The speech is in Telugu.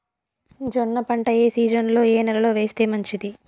జొన్న పంట ఏ సీజన్లో, ఏ నెల లో వేస్తే మంచిది?